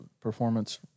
Performance